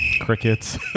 Crickets